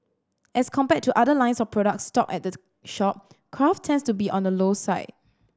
as compared to other lines of products stocked at the shop craft tends to be on the low side